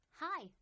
Hi